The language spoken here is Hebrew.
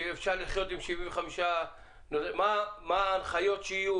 שיהיה אפשר לחיות עם 75% מה ההנחיות שיהיו?